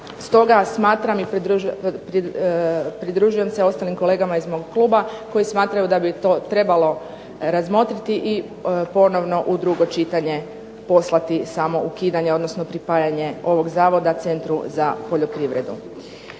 Stoga smatram i pridružujem se ostalim kolegama iz mog kluba koji smatraju da bi to trebalo razmotriti i ponovno u drugo čitanje poslati samo ukidanje, odnosno pripajanje ovog zavodu centru za poljoprivredu.